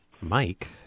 Mike